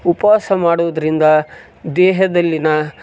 ಉಪವಾಸ ಮಾಡುವುದರಿಂದ ದೇಹದಲ್ಲಿನ